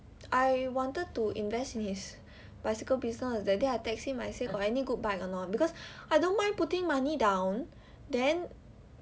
I wanted to invest in his bicycle business that day I text him I say any good bike or not because I don't mind putting money down then